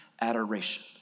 adoration